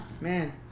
Man